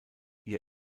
ihr